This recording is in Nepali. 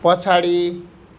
पछाडि